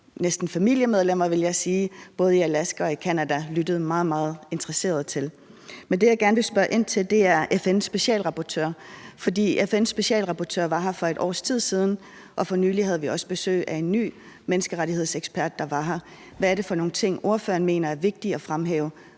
næsten familiemedlemmer, vil jeg sige – både i Alaska og i Canada lyttede meget, meget interesseret til. Men det, som jeg gerne vil spørge ind til, er FN's specialrapportør, for FN's specialrapportør var her for et års tid siden, og for nylig havde vi også besøg af en ny menneskerettighedsekspert. Hvad er det for nogle ting, ordføreren mener er vigtige at fremhæve,